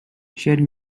shared